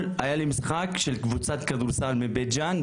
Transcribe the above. היה לי משחק של קבוצת כדורסל בנות מבית ג'אן,